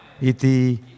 Iti